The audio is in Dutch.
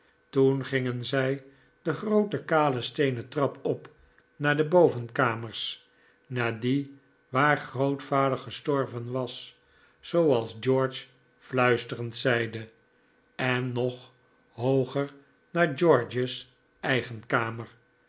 toen gingen zij de groote kale steenen trap op naar de bovenkamers naar die waar grootvader gestorven was zooals george fluisterend zeide en nog hooger naar george's e'gen kamer